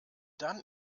dann